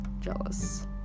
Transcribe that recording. jealous